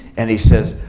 and he says,